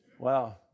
Wow